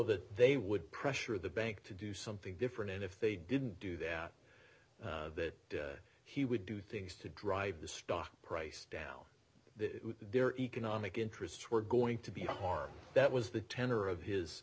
that they would pressure the bank to do something different and if they didn't do that that he would do things to drive the stock price down that there are economic interests were going to be harmed that was the tenor of his